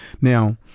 Now